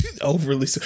overly